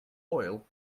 oil